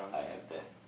I have that